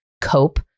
cope